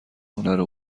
هنر